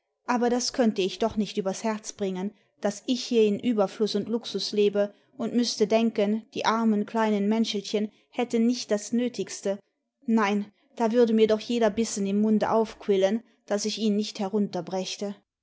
aber das könnte ich doch nicht übers herz bringen daß ich hier in überfluß imd luxus lebe und müßte denken die armen kleinen menschelchen hatten nicht das nötigste nein da würde mir doch jeder bissen im munde aufquillen daß ich ihn nicht